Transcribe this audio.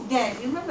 one hour already